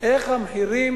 איך המחירים